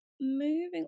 Moving